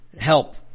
help